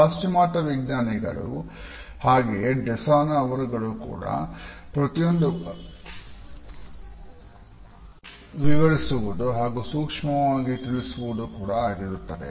ಪಾಶ್ಚಿಮಾತ್ಯ ವಿಜ್ಞಾನಿಗಳು ಹಾಗೆಯೇ ದೇಸಾನ ಅವರುಗಳು ಕೂಡ ಪ್ರತಿಯೊಂದು ವಾಸನೆಯನ್ನು ವಿವರಿಸುವುದು ಹಾಗು ಸೂಕ್ಷ್ಮವಾದ ತಿಳಿಸುವುದು ಕೂಡ ಆಗಿರುತ್ತದೆ